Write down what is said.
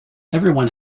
everyone